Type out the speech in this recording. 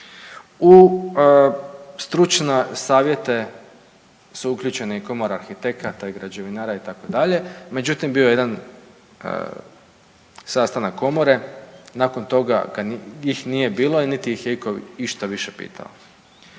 U stručne savjete su uključena Komora arhitekata i građevinara itd. Međutim, bio je jedan sastanak komore. Nakon toga ih nije bilo, niti ih je itko išta više pitao.